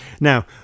Now